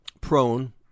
prone